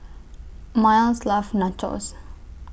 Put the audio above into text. Myles loves Nachos